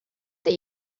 that